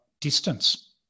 distance